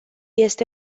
este